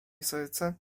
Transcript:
serce